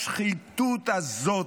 השחיתות הזאת,